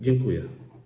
Dziękuję.